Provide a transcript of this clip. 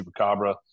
Chupacabra